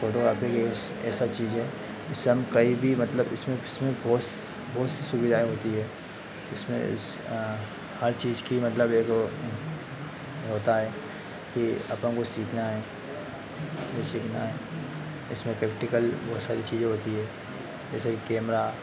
photocopy यह सब यह सब चीज़ें इससे हम कई भी मतलब इसमें इसमें बहुत बहुत सी सुविधाएँ होती हैं इसमें इस हर चीज़ का मतलब एक होता है कि अपने को सीखना है यह सीखना है इसमें प्रैक्टिकल बहुत सारी चीज़ें होती है जैसे कि कैमरा